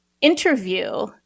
interview